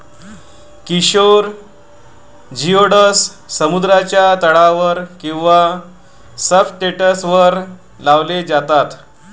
Kishore geoducks समुद्राच्या तळावर किंवा सब्सट्रेटवर लावले जातात